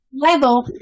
level